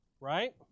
right